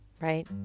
Right